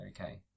okay